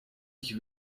ich